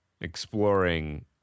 exploring